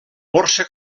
borsa